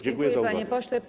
Dziękuję, panie pośle.